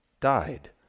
died